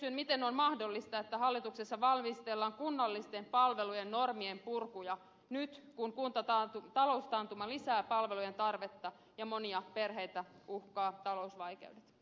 miten on mahdollista että hallituksessa valmistellaan kunnallisten palvelujen normien purku nyt kun taloustaantuma lisää palvelujen tarvetta ja monia perheitä uhkaavat talousvaikeudet